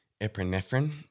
Epinephrine